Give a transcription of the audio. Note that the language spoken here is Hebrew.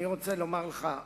אני רוצה לומר לך.